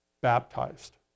baptized